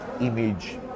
image